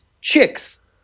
chicks